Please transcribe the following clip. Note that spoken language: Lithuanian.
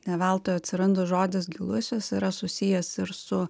ne veltui atsiranda žodis gilusis yra susijęs ir su